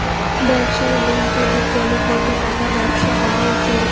ব্যবসায়িক লোন তুলির গেলে কতো টাকার ব্যবসা হওয়া জরুরি?